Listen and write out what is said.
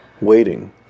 waiting